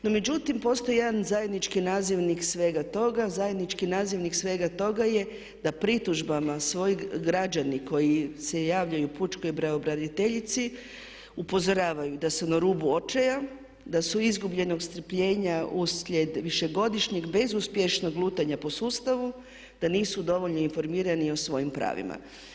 No, međutim postoji jedan zajednički nazivnik svega toga, zajednički nazivnik svega toga je da pritužbama svoji građani koji se javljaju pučkoj pravobraniteljici upozoravaju da su na rubu očaja, da su izgubljenog strpljenja uslijed višegodišnje bezuspješnog lutanja po sustavu, da nisu dovoljno informirani o svojim pravima.